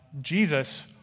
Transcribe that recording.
Jesus